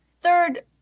Third